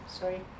sorry